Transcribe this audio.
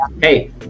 hey